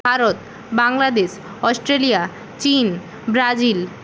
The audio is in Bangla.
ভারত বাংলাদেশ অস্ট্রেলিয়া চীন ব্রাজিল